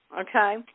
Okay